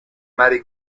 mary